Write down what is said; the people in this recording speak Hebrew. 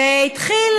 והתחיל